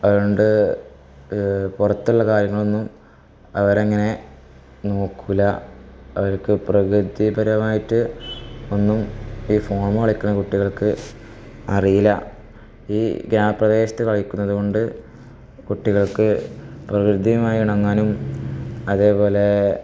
അതുകൊണ്ട് പുറത്തുള്ള കാര്യങ്ങളൊന്നും അവരങ്ങനെ നോക്കില്ല അവർക്ക് പ്രകൃതിപരമായിറ്റ് ഒന്നും ഈ ഫോണില് കളിക്കുന്ന കുട്ടികൾക്ക് അറിയില്ല ഈ ഗ്രാമ പ്രദേശത്ത് കളിക്കുന്നത് കൊണ്ട് കുട്ടികൾക്ക് പ്രകൃതിയുമായിണങ്ങാനും അതേ പോലേ